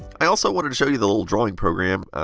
i also wanted to show you the little drawing program.